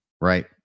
right